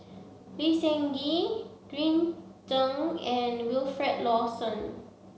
Lee Seng Gee Green Zeng and Wilfed Lawson